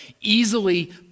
easily